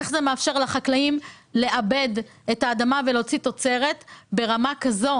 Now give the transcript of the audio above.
איך זה מאפשר לחקלאים לעבד את האדמה ולהוציא תוצרת ברמה כזאת,